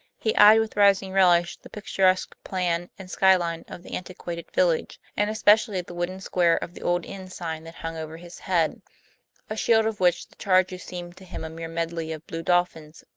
he eyed with rising relish the picturesque plan and sky line of the antiquated village, and especially the wooden square of the old inn sign that hung over his head a shield, of which the charges seemed to him a mere medley of blue dolphins,